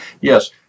Yes